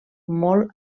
molt